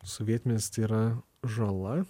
sovietmetis tai yra žala